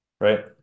Right